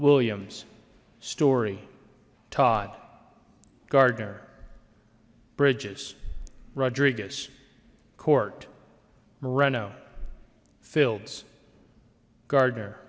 williams story todd gardner bridges rodriguez court moreno fields gardner